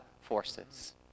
forces